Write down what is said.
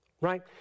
Right